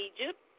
Egypt